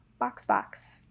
BoxBox